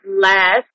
last